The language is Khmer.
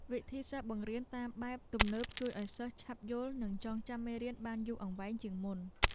វិធីសាស្ត្របង្រៀនតាមបែបទំនើបជួយឱ្យសិស្សឆាប់យល់និងចងចាំមេរៀនបានយូរអង្វែងជាងមុន។